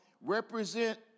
represent